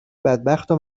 بدبختو